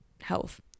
health